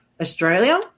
Australia